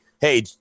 hey